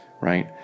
right